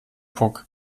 puck